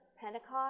Pentecost